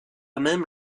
même